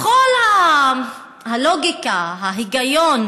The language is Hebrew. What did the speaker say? בכל הלוגיקה, ההיגיון